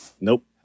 nope